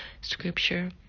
scripture